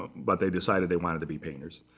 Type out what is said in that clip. but they decided they wanted to be painters.